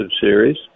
series